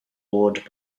board